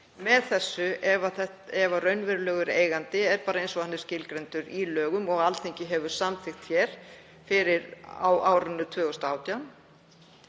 með þessu ef raunverulegur eigandi er bara eins og hann er skilgreindur í lögum og Alþingi hefur samþykkt á árinu 2018.